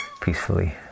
peacefully